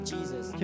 Jesus